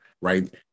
right